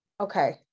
okay